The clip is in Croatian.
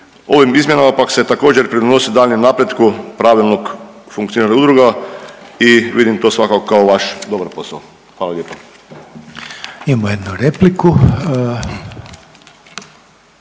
Ovim izmjenama pak se također pridonosi daljnjem napretku pravilnog funkcioniranja udruga i vidim to svakako kao vaš dobar posao. Hvala lijepa.